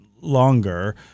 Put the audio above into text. longer